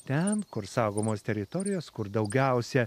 ten kur saugomos teritorijos kur daugiausia